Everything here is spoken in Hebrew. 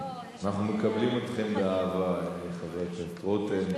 אנחנו מקבלים אתכם באהבה, חבר הכנסת רותם.